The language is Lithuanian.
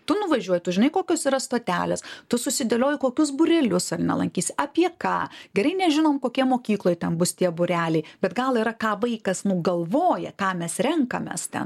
tu nuvažiuoji tu žinai kokios yra stotelės tu susidėlioji kokius būrelius ar ne lankys apie ką gerai nežinom kokie mokykloj ten bus tie būreliai bet gal yra ką vaikas nu galvoja ką mes renkamės ten